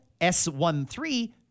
s13